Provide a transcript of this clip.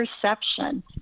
perception